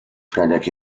fredek